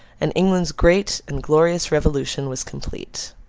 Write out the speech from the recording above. and england's great and glorious revolution was complete.